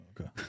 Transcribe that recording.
Okay